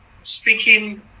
speaking